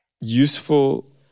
useful